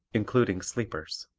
including sleepers.